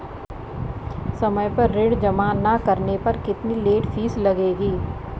समय पर ऋण जमा न करने पर कितनी लेट फीस लगेगी?